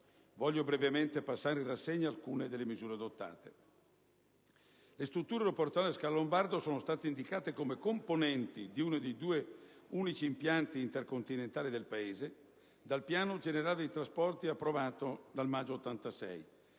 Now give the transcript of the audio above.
Voglio brevemente passare in rassegna alcune delle misure adottate. Le strutture aeroportuali dello scalo lombardo sono state indicate come componenti di uno dei due unici impianti intercontinentali del Paese dal piano generale dei trasporti approvato nel maggio 1986,